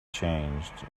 changed